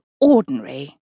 ordinary